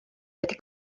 wedi